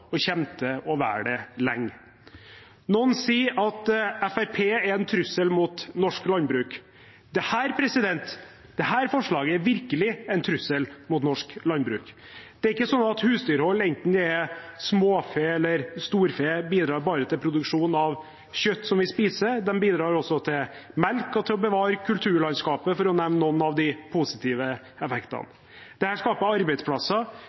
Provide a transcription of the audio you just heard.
og kommer til å være det lenge. Noen sier at Fremskrittspartiet er en trussel mot norsk landbruk. Dette forslaget er virkelig en trussel mot norsk landbruk. Det er ikke slik at husdyrhold, enten det er småfe eller storfe, bidrar bare til produksjon av kjøtt som vi spiser. De bidrar også til melk og til å bevare kulturlandskapet, for å nevne noen av de positive effektene. Dette skaper arbeidsplasser,